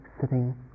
sitting